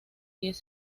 diez